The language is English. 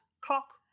Clock